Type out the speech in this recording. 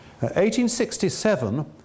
1867